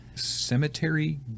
Cemetery